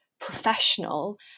professional